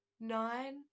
nine